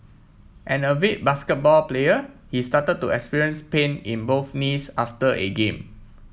an avid basketball player he started to experience pain in both knees after a game